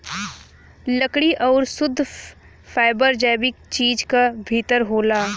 लकड़ी आउर शुद्ध फैबर जैविक चीज क भितर होला